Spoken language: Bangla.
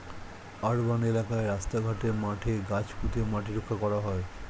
আর্বান এলাকায় রাস্তা ঘাটে, মাঠে গাছ পুঁতে মাটি রক্ষা করা হয়